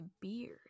beard